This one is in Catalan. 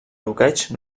bloqueig